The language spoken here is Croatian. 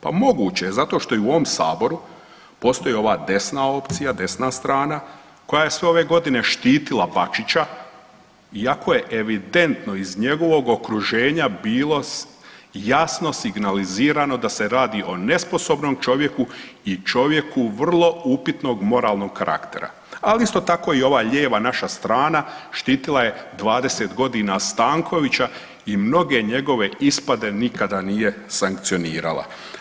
Pa moguće je zato što i u ovom Saboru postoji ova desna opcija, desna strana koja je sve ove godine štitila Bačića iako je evidentno iz njegovog okruženja bilo jasno signalizirano da se radi o nesposobnom čovjeku i čovjeku vrlo upitnog moralnog karaktera, ali isto tako i ova lijeva naša strana štitila je 20.g. Stankovića i mnoge njegove ispada nikada nije sankcionirala.